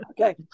okay